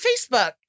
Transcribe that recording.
Facebook